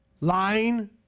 lying